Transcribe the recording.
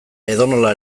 edonola